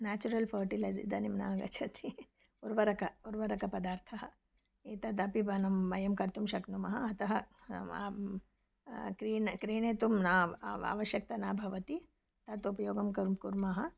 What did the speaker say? natural fertilizers इदानीं नागच्छति उर्वारुकम् उर्वारकपदार्थः एतदपि वनं वयं कर्तुं शक्नुमः अतः क्रीण क्रीणेतुं न आवश्यकता न भवति तत् उपयोगं करुं कुर्मः